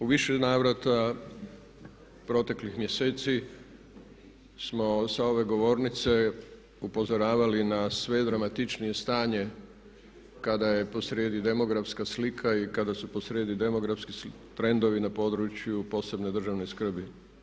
U više navrata proteklih mjeseci smo sa ove govornice upozoravali na sve dramatičnije stanje kada je posrijedi demografska slika i kada su proslijedi demografski trendovi na području posebne državne skrbi.